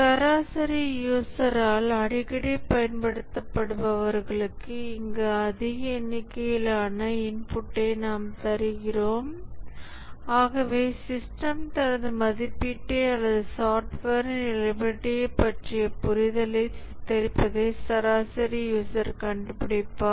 சராசரி யூசரால் அடிக்கடி பயன்படுத்தப்படுபவர்களுக்கு இங்கு அதிக எண்ணிக்கையிலான இன்புட்டை நாம் தருகிறோம் ஆகவே சிஸ்டம் தனது மதிப்பீட்டை அல்லது சாஃப்ட்வேரின் ரிலையபிலிடியைப் பற்றிய புரிதலை சித்தரிப்பதை சராசரி யூசர் கண்டுபிடிப்பார்